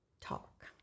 talk